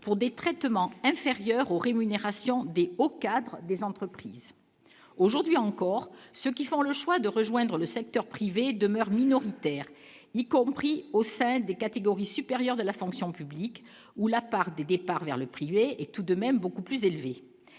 pour des traitements inférieures aux rémunérations des hauts cadres des entreprises aujourd'hui encore, ceux qui font le choix de rejoindre le secteur privé demeure minoritaire, y compris au sein des catégories supérieures de la fonction publique, où la part des départs vers le privé est tout de même beaucoup plus élevé,